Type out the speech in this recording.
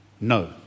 no